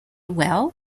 well